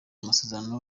amasezerano